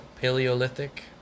Paleolithic